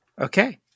Okay